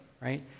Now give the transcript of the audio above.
right